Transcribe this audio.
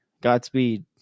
Godspeed